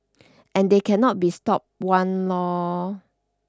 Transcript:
and they cannot be stopped one lord